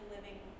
living